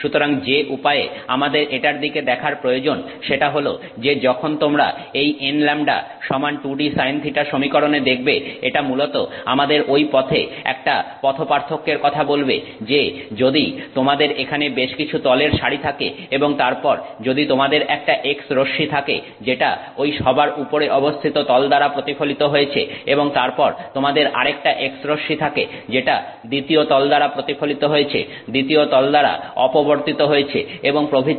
সুতরাং যে উপায়ে আমাদের এটার দিকে দেখার প্রয়োজন সেটা হল যে যখন তোমরা এই nλ সমান 2dsinθ সমীকরণে দেখবে এটা মূলত আমাদের ঐ পথে একটা পথ পার্থক্যের কথা বলবে যে যদি তোমাদের এখানে বেশকিছু তলের সারি থাকে এবং তারপর যদি তোমাদের একটা X রশ্মি থাকে যেটা ঐ সবার উপরে অবস্থিত তলদ্বারা প্রতিফলিত হয়েছে এবং তারপর তোমাদের আরেকটা X রশ্মি থাকে যেটা দ্বিতীয় তলদ্বারা প্রতিফলিত হয়েছে দ্বিতীয় তলদ্বারা অপবর্তিত হয়েছে এবং প্রভৃতি